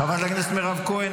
חברת הכנסת מירב כהן,